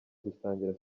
gusangira